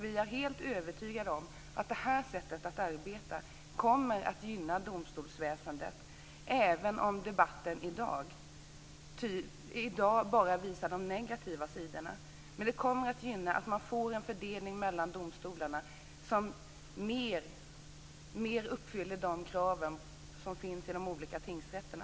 Vi är helt övertygade om att det här sättet att arbeta på kommer att gynna domstolsväsendet, även om debatten i dag bara visar de negativa sidorna. Detta kommer att medföra att man får en fördelning mellan domstolarna som mer uppfyller de krav som finns i de olika tingsrätterna.